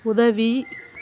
உதவி